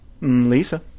Lisa